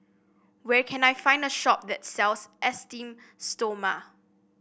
where can I find a shop that sells Esteem Stoma